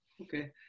Okay